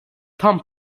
tam